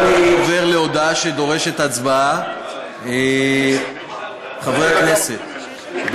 במקום חבר הכנסת רוברט אילטוב יכהן חבר הכנסת עודד פורר,